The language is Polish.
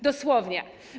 Dosłownie.